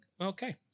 okay